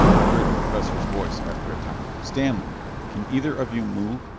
i heard the professor's voice after a time. stanley can either of you move?